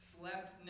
slept